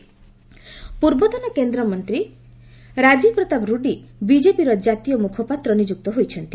BJP ର୍ଡଡି ପୂର୍ବତନ କେନ୍ଦ୍ରମନ୍ତ୍ରୀ ରାଜୀବ ପ୍ରତାପ ରୁଡି ବିଜେପିର ଜାତୀୟ ମୁଖପାତ୍ର ନିଯୁକ୍ତ ହୋଇଛନ୍ତି